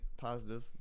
positive